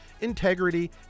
integrity